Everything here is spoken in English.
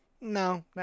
No